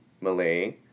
Malay